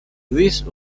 this